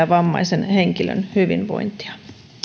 vammaisen henkilön hyvinvointia